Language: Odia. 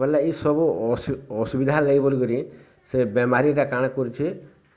ବୋଲେ ଏ ସବୁ ଅସୁବିଧା ଲାଗି କରି କରି ସେ ବେମାରୀଟା କାଣ କରୁଛି